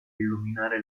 illuminare